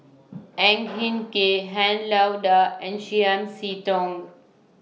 Ang Hin Kee Han Lao DA and Chiam See Tong